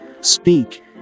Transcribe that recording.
speak